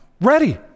ready